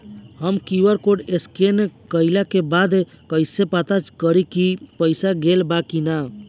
हम QR code scan कइला के बाद कइसे पता करि की पईसा गेल बा की न?